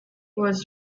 was